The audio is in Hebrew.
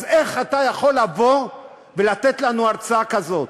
אז איך אתה יכול לבוא ולתת לנו הרצאה כזאת?